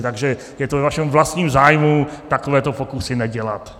Takže je to ve vašem vlastním zájmu takovéto pokusy nedělat.